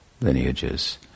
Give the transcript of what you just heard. lineages